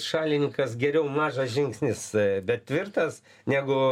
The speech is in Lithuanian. šalininkas geriau mažas žingsnis bet tvirtas negu